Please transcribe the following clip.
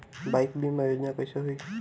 Bike बीमा योजना कैसे होई?